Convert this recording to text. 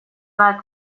bat